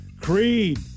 Creed